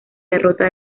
derrota